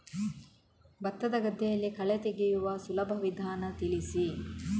ಭತ್ತದ ಗದ್ದೆಗಳಲ್ಲಿ ಕಳೆ ತೆಗೆಯುವ ಸುಲಭ ವಿಧಾನ ತಿಳಿಸಿ?